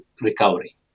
recovery